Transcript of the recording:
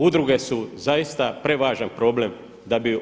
Udruge su zaista prevažan problem da bi